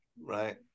right